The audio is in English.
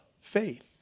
faith